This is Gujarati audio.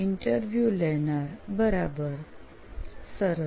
ઈન્ટરવ્યુ લેનાર બરાબર સરસ